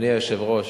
אדוני היושב-ראש,